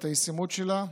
לראות את הישימות שלה,